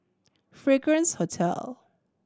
Fragrance Hotel